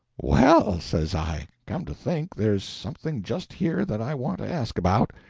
well, says i, come to think, there's something just here that i want to ask about.